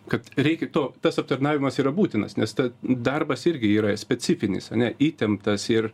kad reikia to tas aptarnavimas yra būtinas nes ta darbas irgi yra specifinis neįtemptas ir